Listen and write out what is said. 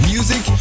Music